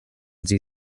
sie